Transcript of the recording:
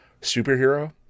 superhero